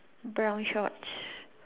brown shorts